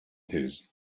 his